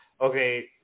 Okay